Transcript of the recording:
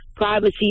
privacy